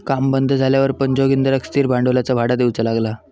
काम बंद झाल्यावर पण जोगिंदरका स्थिर भांडवलाचा भाडा देऊचा लागला